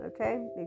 okay